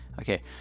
Okay